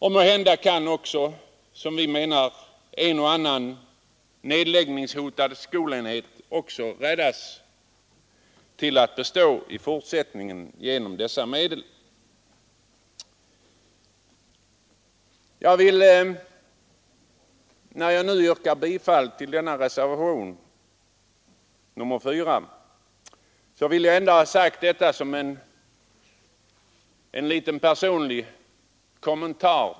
Måhända kan också, vilket vi anser vara önskvärt, en och annan nedläggningshotad skolenhet räddas genom att ytterligare medel ställs till förfogande. När jag nu yrkar bifall till reservationen 4 vill jag göra en liten personlig kommentar.